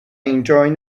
enjoying